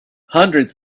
hundreds